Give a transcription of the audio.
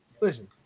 listen